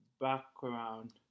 background